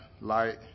light